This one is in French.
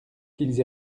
qu’ils